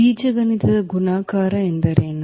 ಬೀಜಗಣಿತದ ಗುಣಾಕಾರ ಎಂದರೇನು